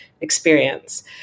experience